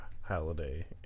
Holiday